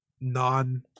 non